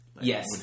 Yes